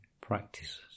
practices